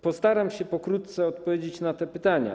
Postaram się pokrótce odpowiedzieć na te pytania.